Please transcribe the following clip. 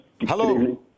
Hello